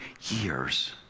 years